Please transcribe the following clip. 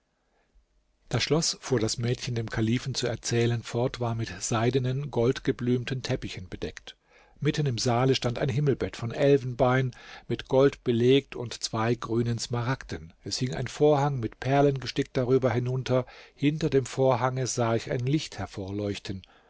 das schloß fuhr das mädchen dem kalifen zu erzählen fort war mit seidenen goldgeblümten teppichen bedeckt mitten im saale stand ein himmelbett von elfenbein mit gold belegt und zwei grünen smaragden es hing ein vorhang mit perlen gestickt darüber hinunter hinter dem vorhange sah ich ein licht